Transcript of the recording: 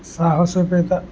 సాహసోపేత